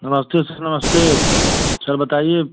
नमस्ते सर नमस्ते सर बताइए